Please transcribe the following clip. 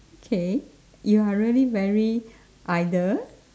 okay you are really very idle